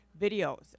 videos